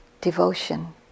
devotion